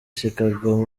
chicago